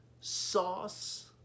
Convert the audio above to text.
sauce